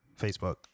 Facebook